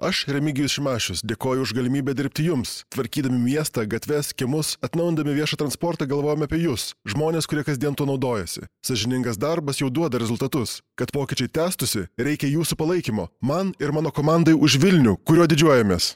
aš remigijus šimašius dėkoju už galimybę dirbti jums tvarkydami miestą gatves kiemus atnaujindami viešą transportą galvojom apie jus žmones kurie kasdien tuo naudojasi sąžiningas darbas jau duoda rezultatus kad pokyčiai tęstųsi reikia jūsų palaikymo man ir mano komandai už vilnių kuriuo didžiuojamės